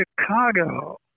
chicago